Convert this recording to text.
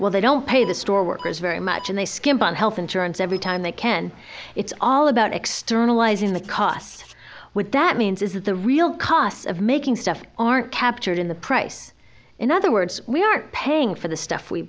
well they don't pay the store workers very much and they skimp on health insurance every time they can it's all about externalizing the cost what that means is that the real costs of making stuff aren't captured in the price in other words we aren't paying for the stuff we